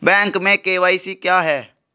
Bank में KYC क्या है?